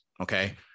okay